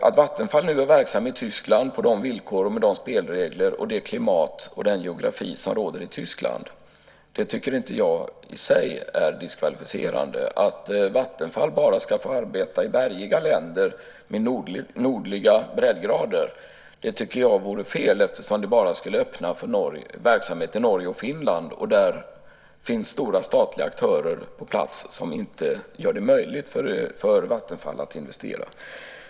Att Vattenfall nu är verksamt i Tyskland på de villkor, med de spelregler, det klimat och den geografi som råder i Tyskland tycker inte jag i sig är diskvalificerande. Att Vattenfall bara ska få arbeta i bergiga länder på nordliga breddgrader tycker jag vore fel, eftersom det enbart skulle öppna för verksamhet i Norge och Finland. Där finns stora statliga aktörer på plats som inte gör det möjligt för Vattenfall att investera.